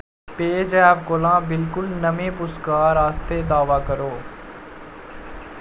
पेऽजैप cola बिल्कुल नमें पुरस्कार आस्तै दावा करो